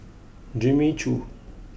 Jimmy Choo